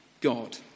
God